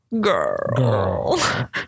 girl